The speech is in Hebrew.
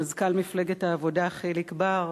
מזכ"ל מפלגת העבודה חיליק בר,